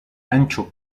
ancho